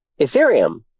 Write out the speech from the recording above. ethereum